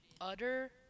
utter